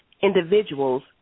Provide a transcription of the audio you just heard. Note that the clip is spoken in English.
individuals